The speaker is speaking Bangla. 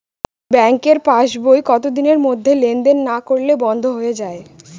ব্যাঙ্কের পাস বই কত দিনের মধ্যে লেন দেন না করলে বন্ধ হয়ে য়ায়?